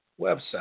website